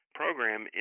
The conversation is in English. program